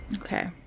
okay